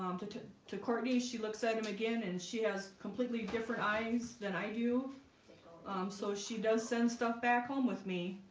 um to to courtney she looks at him again and she has completely different eyes than i do so she does send stuff back home with me.